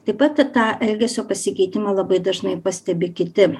taip pat tą elgesio pasikeitimą labai dažnai pastebi kiti